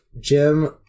jim